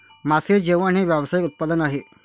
मासे जेवण हे व्यावसायिक उत्पादन आहे